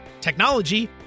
technology